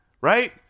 right